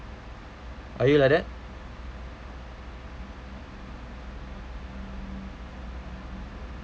are you like that